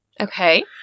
Okay